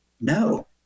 no